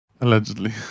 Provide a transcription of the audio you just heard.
Allegedly